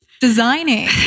designing